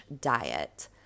diet